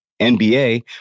NBA